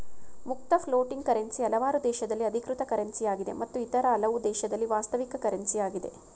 ಮುಕ್ತ floating currency ಹಲವಾರು ದೇಶದಲ್ಲಿ ಅಧಿಕೃತ ಕರೆನ್ಸಿಯಾಗಿದೆ ಮತ್ತು ಇತರ ಹಲವು ದೇಶದಲ್ಲಿ ವಾಸ್ತವಿಕ ಕರೆನ್ಸಿ ಯಾಗಿದೆ